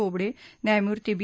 बोबडे न्यायमूर्ती बी